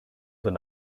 than